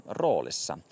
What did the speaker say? roolissa